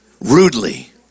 rudely